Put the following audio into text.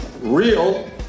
real